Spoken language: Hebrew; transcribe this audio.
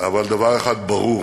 אבל דבר אחד ברור: